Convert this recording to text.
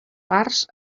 parts